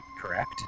correct